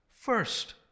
first